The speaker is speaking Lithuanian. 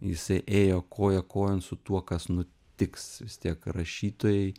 jisai ėjo koja kojon su tuo kas nutiks vis tiek rašytojai